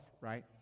right